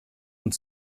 und